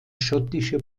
schottische